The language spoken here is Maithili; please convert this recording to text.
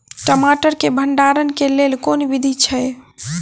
टमाटर केँ भण्डारण केँ लेल केँ विधि छैय?